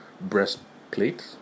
breastplate